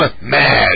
mad